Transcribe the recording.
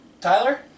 Tyler